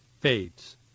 fades